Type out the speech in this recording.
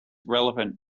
relevant